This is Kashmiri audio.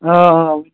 اۭں اۭں ؤنِو